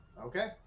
Okay